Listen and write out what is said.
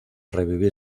revivir